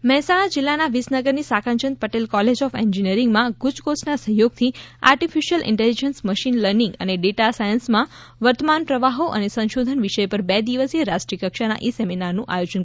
ઈ seminar Mehsana જિલ્લાના વિસનગરની Sankalchand Patel college of એન્જીનિયરીંગમાં ગુજકોસ્ટના સહયોગથી આર્ટિફિશીયલ ઈન્ટેલિજન્સ મશીન લર્નિંગ અને ડેટા સાયન્સમાં વર્તમાન પ્રવાહો અને સંસધોન વિષય પર બે દિવસીય રાષ્ટ્રીય કક્ષાના ઈ સેમનારનું આયોજન કરાયું હતું